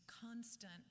constant